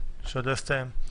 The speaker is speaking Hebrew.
שעוד לא הסתיים.